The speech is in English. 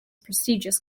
prestigious